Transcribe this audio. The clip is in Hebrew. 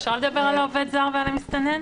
אפשר לדבר על העובד הזר ועל המסתנן?